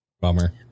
bummer